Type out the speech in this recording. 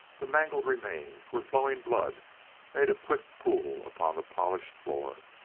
the mangled remains where flowing blood made a quick pool upon the polished floor.